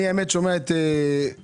אמרתי, שזה העיקרון הראשון,